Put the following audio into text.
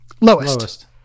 Lowest